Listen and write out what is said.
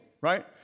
right